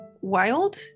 wild